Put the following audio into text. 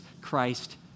Christ